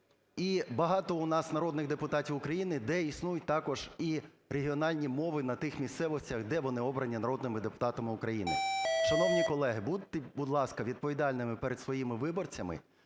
І багато у нас народних депутатів України, де існують також і регіональні мови на тих місцевостях, де вони обрані народними депутатами України. Шановні колеги, будьте, будь ласка, відповідальними перед своїми виборцями,